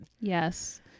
yes